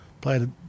played